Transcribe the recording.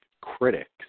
critics